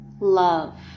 love